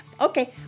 Okay